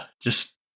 just-